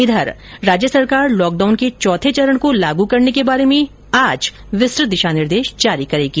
इधर राज्य सरकार लॉकडाउन के चौथे चरण को लागू करने के बारे में आज विस्तृत दिशा निर्देश जारी करेगी